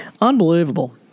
unbelievable